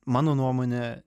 mano nuomone